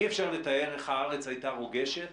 אי-אפשר לתאר איך הארץ הייתה רוגשת